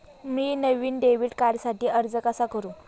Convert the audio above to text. मी नवीन डेबिट कार्डसाठी अर्ज कसा करु?